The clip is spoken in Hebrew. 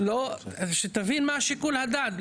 תבין מה שיקול הדעת,